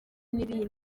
n’ibindi